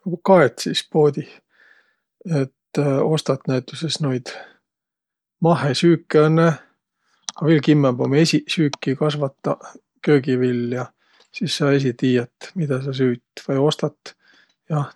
No ku kaet sis poodih, et ostat näütüses noid mahhesüüke õnnõ, a viil kimmämb um esiq süüki kasvataq, köögiviljä, sis sa esiq tiiät, midä sa süüt. Vai ostat, jah,